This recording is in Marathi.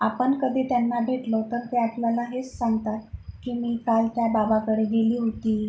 आपन कधी त्यांना भेटलो तर ते आपल्याला हेच सांगतात की मी काल त्या बाबाकडे गेली होती